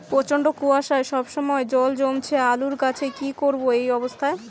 প্রচন্ড কুয়াশা সবসময় জল জমছে আলুর গাছে কি করব এই অবস্থায়?